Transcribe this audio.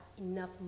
enough